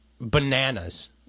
bananas